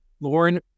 Lauren